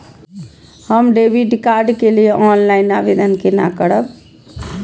हम debit card के लिए ऑनलाइन आवेदन केना करब?